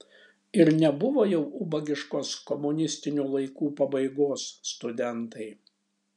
ir nebuvo jau ubagiškos komunistinių laikų pabaigos studentai